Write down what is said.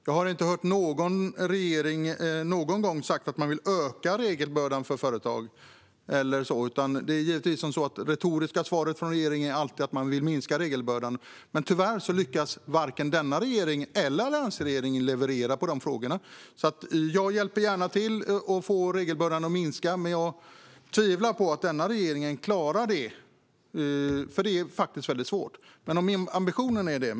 Jag har inte hört någon regering någon gång säga att man vill öka regelbördan för företag, utan det retoriska svaret från regeringen är givetvis alltid att man vill minska den. Men tyvärr har varken denna regering eller alliansregeringen lyckats leverera i dessa frågor. Jag hjälper gärna till att få regelbördan att minska, men jag tvivlar på att denna regering klarar detta. Det är faktiskt väldigt svårt, även om ambitionen finns.